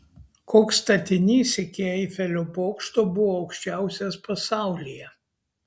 koks statinys iki eifelio bokšto buvo aukščiausias pasaulyje